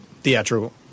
...theatrical